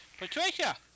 Patricia